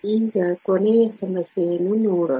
ಈಗ ಕೊನೆಯ ಸಮಸ್ಯೆಯನ್ನು ನೋಡೋಣ